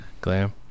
glam